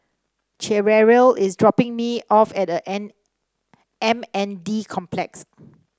Cherrelle is dropping me off at N M N D Complex